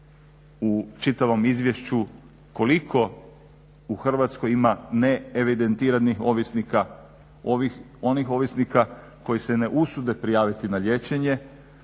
u čitavom izvješću, koliko u Hrvatskoj ima neevidentiranih ovisnika, onih ovisnika koji se ne usude prijaviti na liječenje